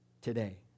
today